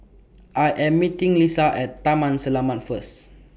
I Am meeting Lisha At Taman Selamat First